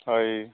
ହଇ